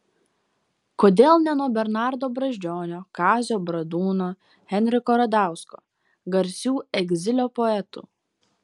kodėl ne nuo bernardo brazdžionio kazio bradūno henriko radausko garsių egzilio poetų